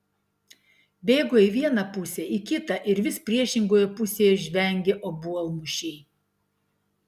bėgo į vieną pusę į kitą ir vis priešingoje pusėje žvengė obuolmušiai